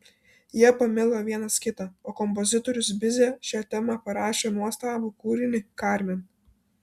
jie pamilo vienas kitą o kompozitorius bize šia tema parašė nuostabų kūrinį karmen